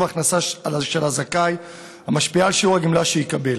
ההכנסה של הזכאי המשפיעה על שיעור הגמלה שיקבל.